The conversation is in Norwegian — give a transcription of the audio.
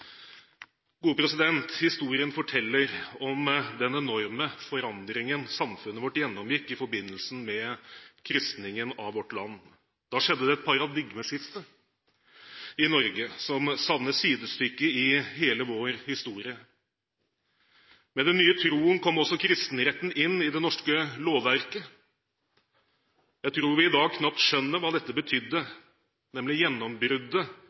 Historien forteller om den enorme forandringen samfunnet vårt gjennomgikk i forbindelse med kristningen av vårt land. Da skjedde det et paradigmeskifte i Norge som savner sidestykke i hele vår historie. Med den nye troen kom også kristenretten inn i det norske lovverket. Jeg tror vi i dag knapt skjønner hva dette betydde, nemlig gjennombruddet